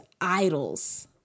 idols